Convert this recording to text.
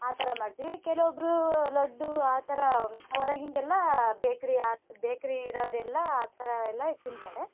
ಆ ಥರ ಮಾಡ್ತೀವಿ ಕೆಲವೊಬ್ಬರು ಲಡ್ಡು ಆ ಥರ ಹೊರಗಿಂದೆಲ್ಲ ಬೇಕ್ರಿ ಆತ್ ಬೇಕ್ರಿ ಇರೋದೆಲ್ಲ ಆ ಥರ ಎಲ್ಲ ತಿಂತಾರೆ